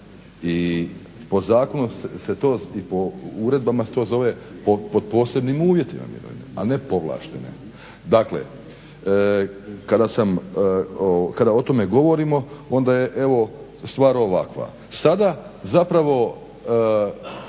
i po zakonu se to, i po uredbama se to zove pod posebnim uvjetima mirovine, a ne povlaštene. Dakle, kada o tome govorimo onda je evo stvar ovakva, sada zapravo,